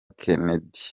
kenneth